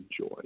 joy